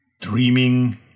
Dreaming